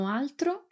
altro